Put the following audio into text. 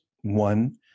One